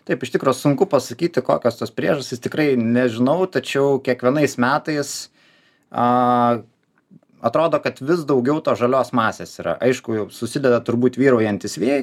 taip iš tikro sunku pasakyti kokios tos priežastys tikrai nežinau tačiau kiekvienais metais atrodo kad vis daugiau tos žalios masės yra aišku jau susideda turbūt vyraujantys vėjai